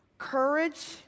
Courage